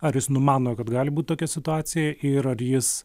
ar jis numano kad gali būt tokia situacija ir ar jis